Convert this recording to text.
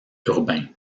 urbain